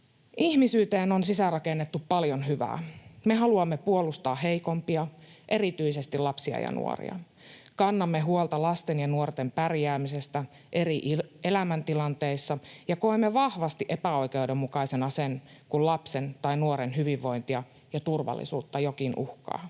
Ihmisyyteen on sisäänrakennettu paljon hyvää. Me haluamme puolustaa heikompia, erityisesti lapsia ja nuoria. Kannamme huolta lasten ja nuorten pärjäämisestä eri elämäntilanteissa ja koemme vahvasti epäoikeudenmukaisena sen, kun lapsen tai nuoren hyvinvointia ja turvallisuutta jokin uhkaa.